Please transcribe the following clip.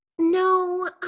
No